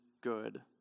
good